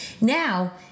Now